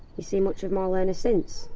you seen much of marlene since?